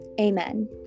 Amen